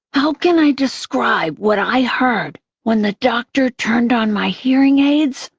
how can i describe what i heard when the doctor turned on my hearing aids?